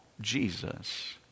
Jesus